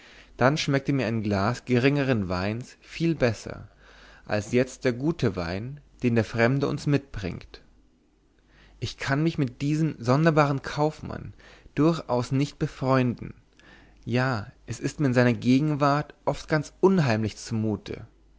dann schmeckte mir ein glas geringen weins viel besser als jetzt der gute wein den der fremde uns mitbringt ich kann mich mit diesem sonderbaren kaufmann durchaus nicht befreunden ja es ist mir in seiner gegenwart oft ganz unheimlich zumute